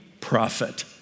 prophet